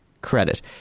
credit